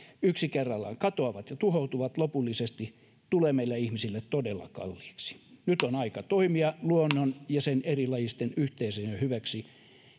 yksi kerrallaan katoavat ja tuhoutuvat lopullisesti tulee meille ihmisille todella kalliiksi nyt on aika toimia luonnon ja sen erilajisten yhteisöjen hyväksi